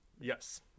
Yes